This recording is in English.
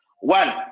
one